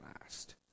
last